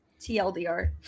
TLDR